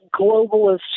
globalist